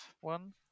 one